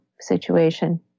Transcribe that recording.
situation